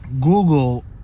Google